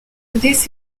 this